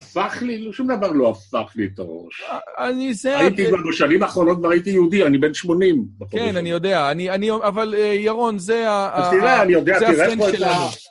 הפך לי, שום דבר לא הפך לי את הראש. אני זה... הייתי כבר בשנים האחרונות וראיתי יהודי, אני בן שמונים. כן, אני יודע, אני... אבל ירון, זה ה... תראה, אני יודע, תראה פה את...